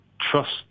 trust